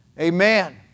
Amen